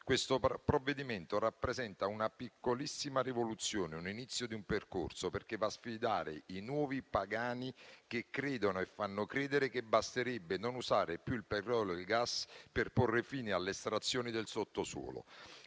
Questo provvedimento rappresenta una piccolissima rivoluzione, l'inizio di un percorso, perché va a sfidare i nuovi pagani, che credono e fanno credere che basterebbe non usare più il petrolio e il gas per porre fine alle estrazioni del sottosuolo.